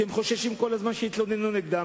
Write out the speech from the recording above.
כי הם חוששים כל הזמן שיתלוננו נגדם